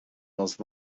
most